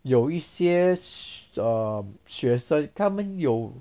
有一些 um 学生他们有